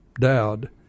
Dowd